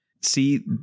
see